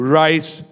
rise